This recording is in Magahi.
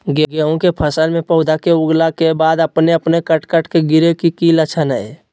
गेहूं के फसल में पौधा के उगला के बाद अपने अपने कट कट के गिरे के की लक्षण हय?